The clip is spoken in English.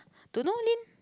don't know Lin